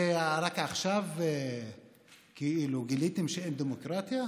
רק עכשיו כאילו גיליתם שאין דמוקרטיה?